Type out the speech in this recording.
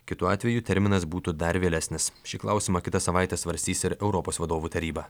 kitu atveju terminas būtų dar vėlesnis šį klausimą kitą savaitę svarstys ir europos vadovų taryba